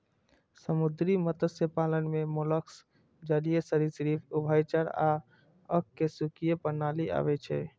समुद्री मत्स्य पालन मे मोलस्क, जलीय सरिसृप, उभयचर आ अकशेरुकीय प्राणी आबै छै